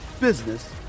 business